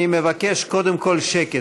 מבקש קודם כול שקט,